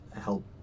help